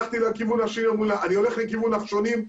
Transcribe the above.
אני הולך לכיוון נחשונים,